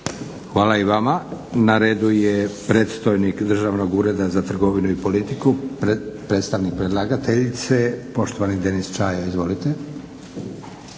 Hvala i vama. Na redu je predstojnik Državnog ureda za trgovinu i politiku, predstavnik predlagateljice poštovani Denis Čajo. Izvolite.